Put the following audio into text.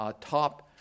top